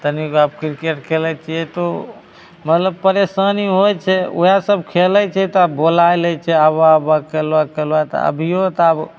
तनिक आब किरकेट खेलै छिए तऽ ओ मतलब परेशानी होइ छै वएहसब खेलै छै तऽ बोलै लै छै आबऽ आबऽ खेलऽ खेलबऽ तऽ अभिओ तऽ आब